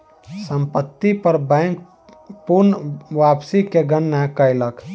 संपत्ति पर बैंक पूर्ण वापसी के गणना कयलक